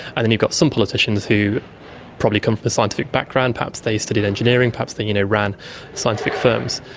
and then you've got some politicians who probably come from a scientific background, perhaps they used to do engineering, perhaps they you know ran scientific firms.